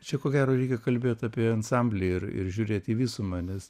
čia ko gero reikia kalbėt apie ansamblį ir ir žiūrėt į visumą nes